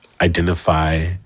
identify